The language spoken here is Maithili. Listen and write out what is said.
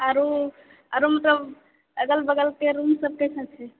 आओरो आओरो मतलब अगल बगलके रूमसभ कयसन छै